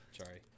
Sorry